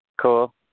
Cool